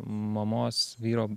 mamos vyro